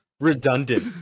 redundant